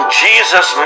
jesus